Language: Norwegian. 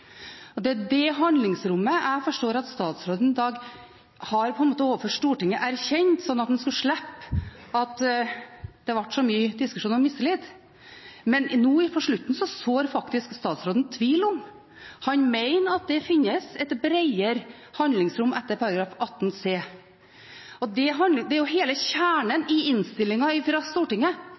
Og det er det handlingsrommet jeg forstår at statsråden i dag har erkjent overfor Stortinget, slik at han skulle slippe at det ble så mye diskusjon om mistillit. Men nå mot slutten sår statsråden faktisk tvil om han mener at det finnes et bredere handlingsrom etter § 18 c. Det er jo hele kjernen i innstillinga fra Stortinget,